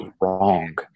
wrong